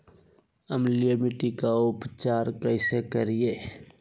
अम्लीय मिट्टी के उपचार कैसे करियाय?